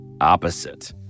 opposite